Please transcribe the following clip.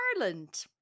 Ireland